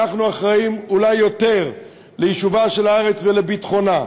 אנחנו אחראים אולי יותר ליישובה של הארץ ולביטחונה,